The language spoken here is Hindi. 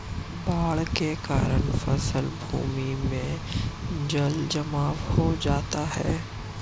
बाढ़ के कारण फसल भूमि में जलजमाव हो जाता है